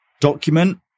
document